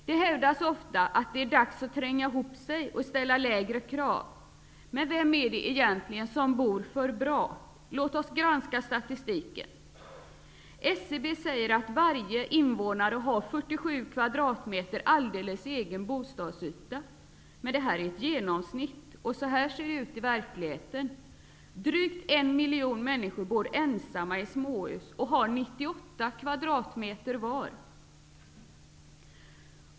Det hävdas ofta att det är dags att tränga ihop sig och ställa lägre krav. Men vem är det egentligen som bor för bra? Låt oss granska statistiken. SCB säger att varje invånare har 47 kvadratme ter alldeles egen bostadsyta. Men detta är ett ge nomsnitt. Så här ser det ut i verkligheten. Drygt en miljon människor bor ensamma i småhus och har 98 kvadratmeter vardera.